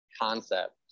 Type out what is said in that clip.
concept